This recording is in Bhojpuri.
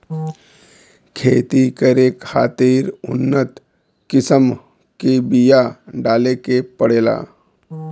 खेती करे खातिर उन्नत किसम के बिया डाले के पड़ेला